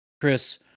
Chris